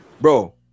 Bro